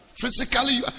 Physically